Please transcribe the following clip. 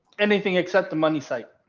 anything except the money site?